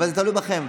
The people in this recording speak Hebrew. אבל זה תלוי בכם.